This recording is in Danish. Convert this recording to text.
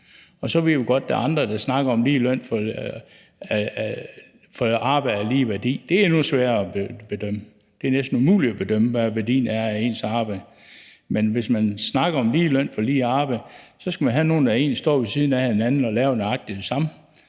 Så ved vi godt, der er andre, der snakker om lige løn for arbejde af lige værdi, men det er endnu sværere at bedømme, for det er næsten umuligt at bedømme, hvad værdien er af ens arbejde, men hvis man snakker om lige løn for lige arbejde, skal man have nogle, der står ved siden af hinanden og laver nøjagtig det samme